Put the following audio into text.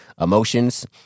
emotions